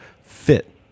fit